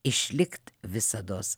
išlikt visados